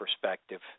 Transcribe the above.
perspective